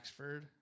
Axford